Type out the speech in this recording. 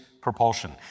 propulsion